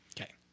Okay